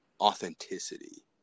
authenticity